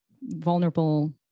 vulnerable